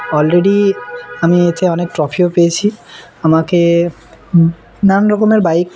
already আমি এতে অনেক ট্রফিও পেয়েছি আমাকে নানান রকমের বাইক